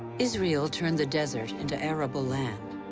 israel turned the desert into arable land.